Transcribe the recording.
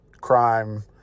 crime